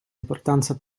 importanza